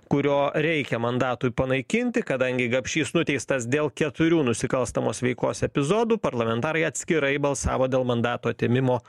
kurio reikia mandatui panaikinti kadangi gapšys nuteistas dėl keturių nusikalstamos veikos epizodų parlamentarai atskirai balsavo dėl mandato atėmimo